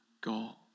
God